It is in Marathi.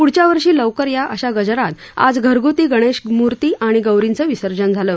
पृढच्या वर्षी लवकर या अशा गजरात आज घरगृती गणेशमुर्ती आणि गौरींचं विसर्जन झालं